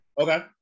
okay